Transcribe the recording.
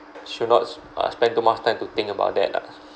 should not uh spend too much time to think about that lah